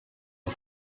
her